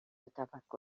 تفکر